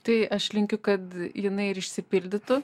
tai aš linkiu kad jinai ir išsipildytų